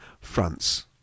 France